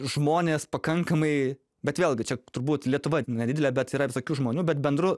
žmonės pakankamai bet vėlgi čia turbūt lietuva nedidelė bet yra visokių žmonių bet bendru